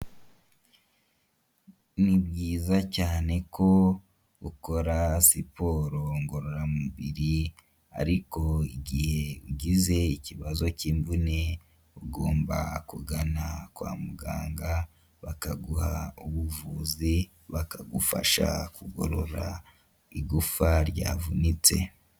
Ni byiza cyane ko ukora siporo ngororamubiri ariko igihe ugize ikibazo cy'imvune ugomba kugana kwa muganga bakaguha ubuvuzi bakagufasha kugorora igufa ryavunitse.